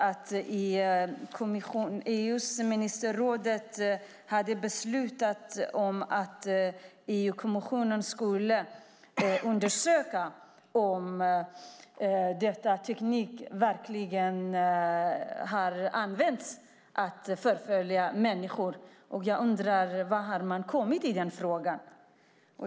EU:s ministerråd hade beslutat att EU-kommissionen skulle undersöka om denna teknik verkligen har använts för att förfölja människor. Jag undrar hur långt man har kommit i den frågan.